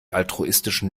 altruistischen